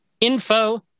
info